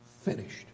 finished